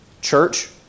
church